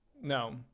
No